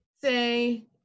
say